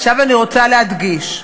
עכשיו אני רוצה להדגיש: